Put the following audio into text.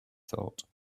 thought